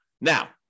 Now